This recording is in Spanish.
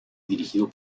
dirigido